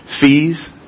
fees